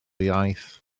iaith